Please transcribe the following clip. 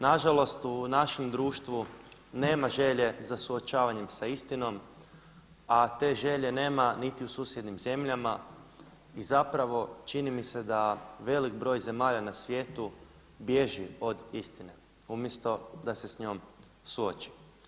Na žalost u našem društvu nema želje za suočavanjem sa istinom, a te želje nema niti u susjednim zemljama i zapravo čini mi se da velik broj zemalja na svijetu bježi od istine umjesto da se s njom suoči.